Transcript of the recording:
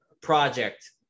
project